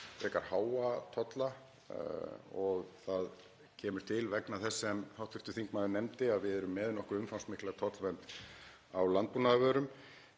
frekar háa tolla og það kemur til af því sem hv. þingmaður nefndi að við erum með nokkuð umfangsmikla tollvernd á landbúnaðarvörum.